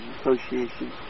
Association